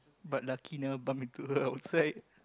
but lucky never bump into her outside